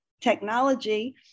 technology